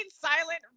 silent